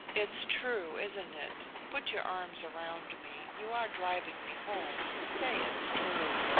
it's true, isn't it? put your arms around me. you are driving me home say it's true!